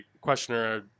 questioner